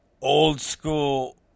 old-school